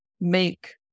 make